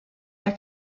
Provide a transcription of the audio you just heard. der